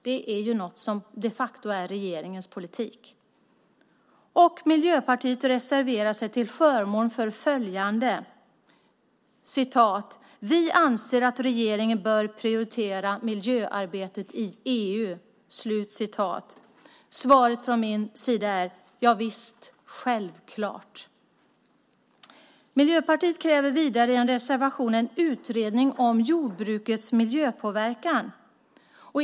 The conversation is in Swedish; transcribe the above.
Det är något som de facto är regeringens politik. Miljöpartiet reserverar sig till förmån till följande: "Vi anser att regeringen bör prioritera miljöarbetet i EU." Svaret från min sida är: Javisst, självklart. Miljöpartiet kräver vidare i en reservation en utredning om jordbrukets miljöpåverkan.